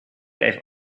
even